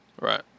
Right